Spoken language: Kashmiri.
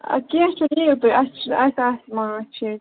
ٲں کیٚنٛہہ چھُنہٕ یِیُو تُہۍ اسہِ آسہِ ماچھ ییٚتہِ